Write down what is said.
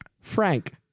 frank